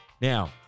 Now